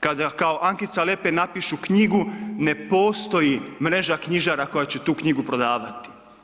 Kada kao Ankica Lepej napišu knjigu ne postoji mreža knjižara koja će tu knjigu prodavati.